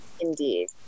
Indeed